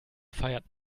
feiert